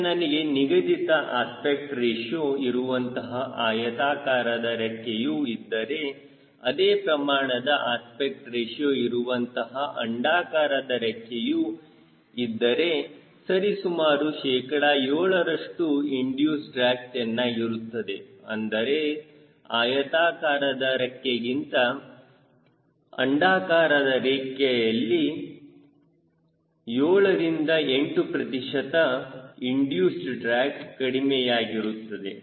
ಈಗ ನನಗೆ ನಿಗದಿತ ಅಸ್ಪೆಕ್ಟ್ ರೇಶಿಯೋ ಇರುವಂತಹ ಆಯತಾಕಾರದ ರೆಕ್ಕೆಯು ಇದ್ದರೆ ಅದೇ ಪ್ರಮಾಣದ ಅಸ್ಪೆಕ್ಟ್ ರೇಶಿಯೋ ಇರುವಂತಹ ಅಂಡಾಕಾರದ ರೆಕ್ಕೆಯು ಇದ್ದರೆ ಸರಿಸುಮಾರು ಶೇಕಡ 7 ರಷ್ಟು ಇಂಡಿಯೂಸ್ ಡ್ರ್ಯಾಗ್ ಚೆನ್ನಾಗಿರುತ್ತದೆ ಅಂದರೆ ಆಯತಾಕಾರದ ರೇಖೆಗಿಂತ ಅಂಡಾಕಾರದ ರೆಕ್ಕೆಯಲ್ಲಿ 7ರಿಂದ 8 ಪ್ರತಿಶತ ಇಂಡಿಯೂಸ್ ಡ್ರ್ಯಾಗ್ ಕಡಿಮೆಯಾಗಿರುತ್ತದೆ